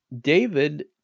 David